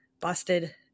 busted